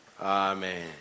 Amen